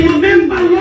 Remember